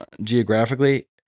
geographically